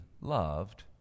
loved